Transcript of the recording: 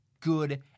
good